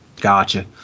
Gotcha